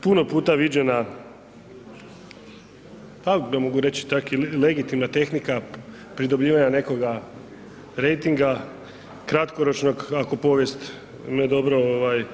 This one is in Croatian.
Puno puta viđena, pa da mogu reći takvi legitimna tehnika pridobljivanja nekoga rejtinga, kratkoročnog ako povijest me dobro ovaj